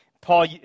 Paul